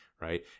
right